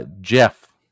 Jeff